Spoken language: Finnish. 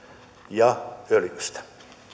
ja öljystä